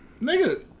Nigga